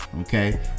okay